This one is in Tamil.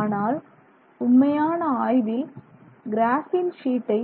ஆனால் உண்மையான ஆய்வில் கிராஃப்பின் ஷீட்டை